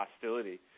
hostility